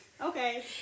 Okay